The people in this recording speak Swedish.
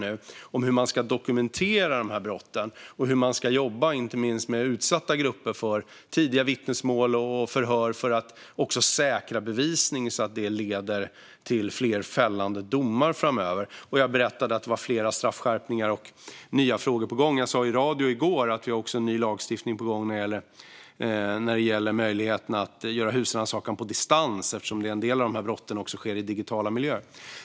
Det gäller hur de här brotten ska dokumenteras och hur man, inte minst när det gäller utsatta grupper, ska jobba med tidiga vittnesmål och förhör för att också säkra bevisning så att det kan leda till fler fällande domar framöver. Jag berättade även att det är flera straffskärpningar och nya frågor på gång. Jag sa i radio i går att ny lagstiftning är på gång när det gäller möjligheten att göra husrannsakan på distans, eftersom en del av brotten sker i digitala miljöer.